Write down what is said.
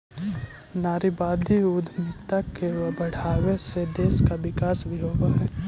नारीवादी उद्यमिता के बढ़ावे से देश का विकास भी होवअ हई